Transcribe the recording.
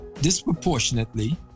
Disproportionately